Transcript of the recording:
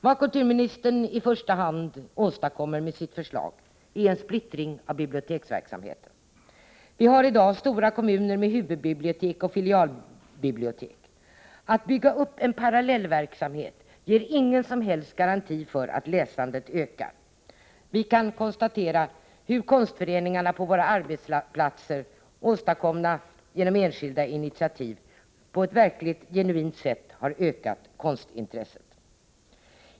Vad kulturministern i första hand åstadkommer med sitt förslag är en splittring av biblioteksverksamheten. Vi har i dag stora kommuner med huvudbibliotek och filialbibliotek. Att bygga upp en parallellverksamhet ger ingen som helst garanti för att läsandet ökar. Vi kan konstatera hur konstföreningarna på våra arbetsplatser, åstadkomna genom enskilda initiativ, på ett verkligt genuint sätt har ökat konstintresset.